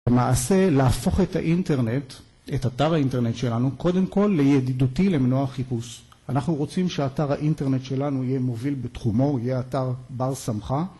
למעשה, להפוך את האינטרנט, את אתר האינטרנט שלנו, קודם כל לידידותי למנוע החיפוש. אנחנו רוצים שאתר האינטרנט שלנו יהיה מוביל בתחומו, יהיה אתר בר סמכא.